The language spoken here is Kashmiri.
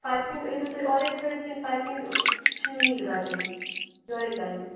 پایپِنٛگ أنِو تُہۍ اورے سۭتۍ کِنہٕ پایپِنٛگ چھِ مے رَٹٕنۍ یورَے کَرٕنۍ